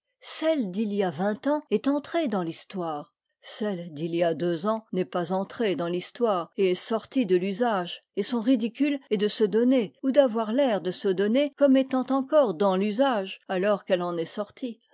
celle d'il y a vingt ans est entrée dans l'histoire celle d'il y a deux ans n'est pas entrée dans l'histoire et est sortie de l'usage et son ridicule est de se donner ou d'avoir l'air de se donner comme étant encore dans l'usage alors qu'elle en est sortie